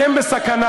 אתם בסכנה.